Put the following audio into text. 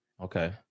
Okay